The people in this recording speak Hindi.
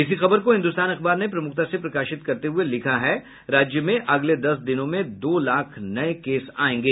इसी खबर को हिन्दुस्तान अखबार ने प्रमुखता से प्रकाशित करते हुये लिखा है राज्य में अगले दस दिनों में दो लाख नये केस आयेंगे